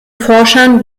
forschern